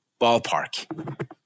ballpark